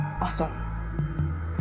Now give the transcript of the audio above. awesome